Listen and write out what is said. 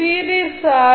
series R